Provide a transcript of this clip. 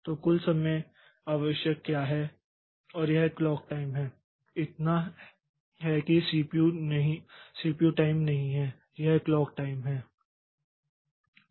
तो कुल समय आवश्य क्या है और यह क्लॉक टाइम है इतना है कि सीपीयू टाइम नहीं है यह क्लॉक टाइम है